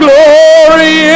Glory